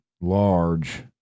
large